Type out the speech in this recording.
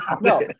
no